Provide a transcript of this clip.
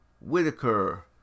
Whitaker